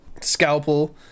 scalpel